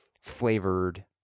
flavored